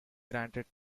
granted